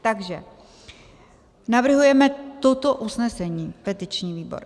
Takže navrhujeme toto usnesení, petiční výbor.